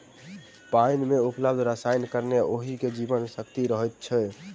पाइन मे उपलब्ध रसायनक कारणेँ ओहि मे जीवन शक्ति रहैत अछि